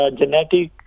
genetic